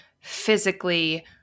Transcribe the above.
physically